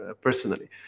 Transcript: personally